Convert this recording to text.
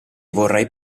vorrei